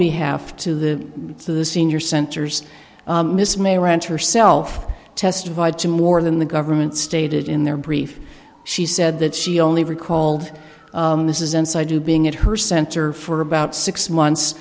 behalf to the to the senior centers miss mayor and herself testified to more than the government stated in their brief she said that she only recalled this is inside to being at her center for about six months